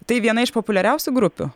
tai viena iš populiariausių grupių